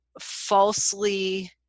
falsely